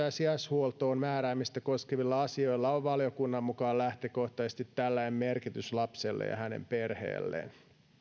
ja sijaishuoltoon määräämistä koskevilla asioilla on valiokunnan mukaan lähtökohtaisesti tällainen merkitys lapselle ja hänen perheelleen